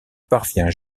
parvient